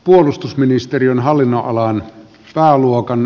puolustusministeriön hallinnonalaan a luokan